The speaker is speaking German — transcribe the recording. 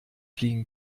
fliegen